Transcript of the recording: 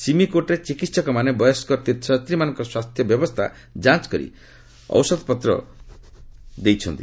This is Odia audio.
ସୀମିକୋଟ୍ରେ ଚିକିହକମାନେ ବୟସ୍କ ତୀର୍ଥ ଯାତ୍ରୀମାନଙ୍କ ସ୍ୱାସ୍ଥ୍ୟ ବ୍ୟବସ୍ଥା ଯାଞ୍ଚ କରି ଔଷଧପତ୍ର ଦେଇଛନ୍ତି